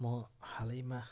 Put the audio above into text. म हालैमा